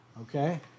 Okay